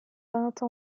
peintes